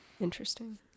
interesting